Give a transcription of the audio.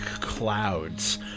clouds